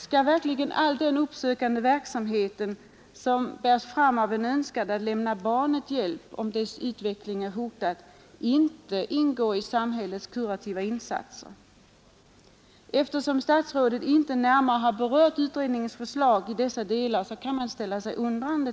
Skall verkligen all den uppsökande verksamhet, som bärs fram av en önskan att lämna barnet hjälp om dess utveckling hotas, inte ingå i samhällets kurativa insatser? Eftersom statsrådet inte närmare har berört utredningens förslag i dessa delar kan man ställa sig undrande.